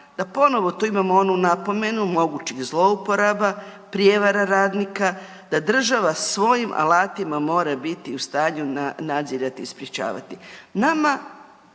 da ponovno tu imamo onu napomenu mogućih zlouporaba, prijevara radnika, da država svojim alatima mora biti u stanju nadzirati i sprječavati. Nama,